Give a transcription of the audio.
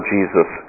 Jesus